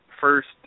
first